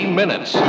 minutes